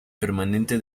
permanente